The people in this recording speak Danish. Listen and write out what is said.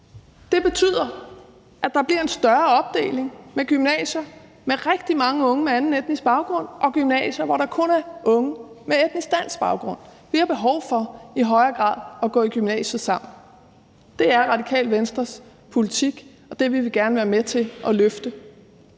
Det betyder, at der bliver en større opdeling med gymnasier med rigtig mange unge med anden etnisk baggrund og gymnasier, hvor der kun er unge med etnisk dansk baggrund. De har i højere grad behov for at gå i gymnasiet sammen. Det er Radikale Venstres politik, og det vil vi gerne være med til at løfte.